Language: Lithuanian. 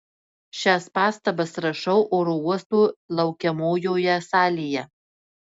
šias pastabas rašau oro uosto laukiamojoje salėje